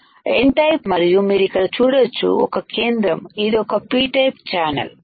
N type మరియు మీరు ఇక్కడ చూడొచ్చు ఒక కేంద్రం ఇది ఒక p టైప్ ఛానల్ అవునా